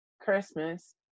christmas